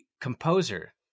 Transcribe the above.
composer